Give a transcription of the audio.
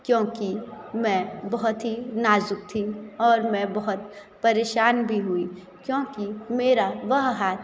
क्योंकि मैं बहुत ही नाज़ुक थी और मैं बहुत परेशान भी हुई क्योंकि मेरा वह हाथ